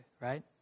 right